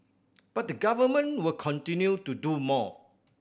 but the Government will continue to do more